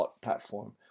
platform